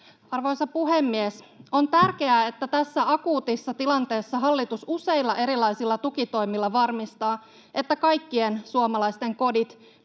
Arvoisa puhemies! On tärkeää, että tässä akuutissa tilanteessa hallitus useilla erilaisilla tukitoimilla varmistaa, että kaikkien suomalaisten kodit